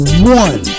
One